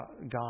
God